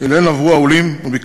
שעברו העולים אליהן.